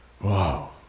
Wow